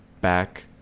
back